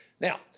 Now